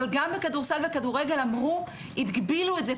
אבל גם בכדורסל ובכדורגל הגבילו את זה,